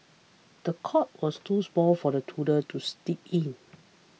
the cot was too small for the toddler to steep in